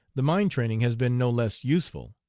the mind-training has been no less useful.